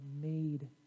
made